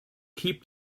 keep